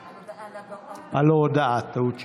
על ההודעה, על ההודעה, טעות שלי.